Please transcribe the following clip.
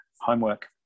homework